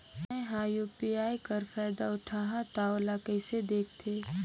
मैं ह यू.पी.आई कर फायदा उठाहा ता ओला कइसे दखथे?